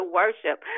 worship